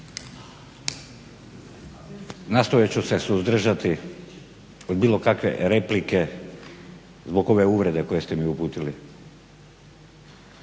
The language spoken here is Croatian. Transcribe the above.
nastojat ću se suzdržati od bilo kakve replike zbog ove uvrede koju ste mi uputili,